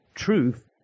truth